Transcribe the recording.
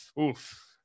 Oof